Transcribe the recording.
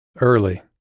Early